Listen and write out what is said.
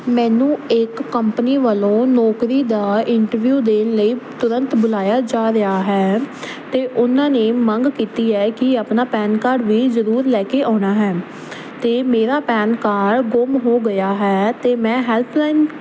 ਮੈਨੂੰ ਇੱਕ ਕੰਪਨੀ ਵੱਲੋਂ ਨੌਕਰੀ ਦਾ ਇੰਟਰਵਿਊ ਦੇਣ ਲਈ ਤੁਰੰਤ ਬੁਲਾਇਆ ਜਾ ਰਿਹਾ ਹੈ ਅਤੇ ਉਹਨਾਂ ਨੇ ਮੰਗ ਕੀਤੀ ਹੈ ਕਿ ਆਪਣਾ ਪੈਨ ਕਾਰਡ ਵੀ ਜ਼ਰੂਰ ਲੈ ਕੇ ਆਉਣਾ ਹੈ ਅਤੇ ਮੇਰਾ ਪੈਨ ਕਾਰਡ ਗੁੰਮ ਹੋ ਗਿਆ ਹੈ ਅਤੇ ਮੈਂ ਹੈਲਪਲਾਈਨ